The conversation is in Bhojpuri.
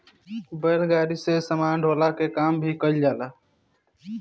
बैलगाड़ी से सामान ढोअला के काम भी कईल जाला